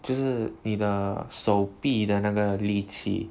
就是你的手臂的那个力气